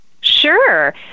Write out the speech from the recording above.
Sure